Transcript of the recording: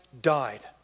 died